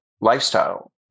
lifestyle